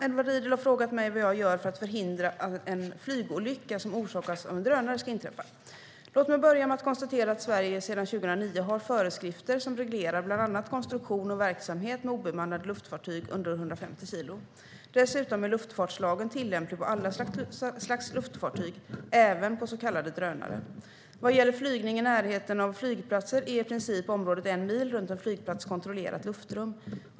Fru talman! Edward Riedl har frågat mig vad jag gör för att förhindra att en flygolycka som orsakas av en drönare ska inträffa. Låt mig börja med att konstatera att Sverige sedan 2009 har föreskrifter som reglerar bland annat konstruktion av och verksamhet med obemannade luftfartyg under 150 kilo. Dessutom är luftfartslagen tillämplig på alla slags luftfartyg, även på så kallade drönare. Vad gäller flygning i närheten av flygplatser är området en mil runt en flygplats i princip kontrollerat luftrum.